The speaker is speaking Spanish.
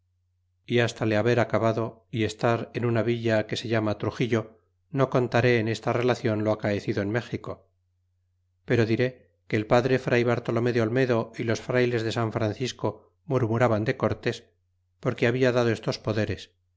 y hasta le haber acabado y estar en una villa que se llama truxillo no contaré en esta relacion lo acaecido en méxico pero diré que el padre fray bartolomé de olmedo y los frayles de san francisco murmuraban de cortés porque habla dado estos poderes